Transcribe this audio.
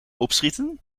opschieten